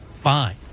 fine